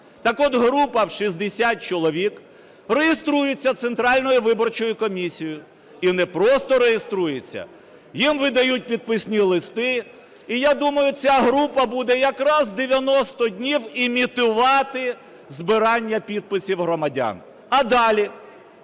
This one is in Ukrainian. Так от група в 60 чоловік реєструється Центральною виборчою комісією, і не просто реєструється, їм видають підписні листи. І я думаю, ця група буде якраз 90 днів імітувати збирання підписів громадян. А далі,